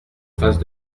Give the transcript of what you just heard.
face